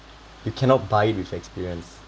you cannot buy it with experience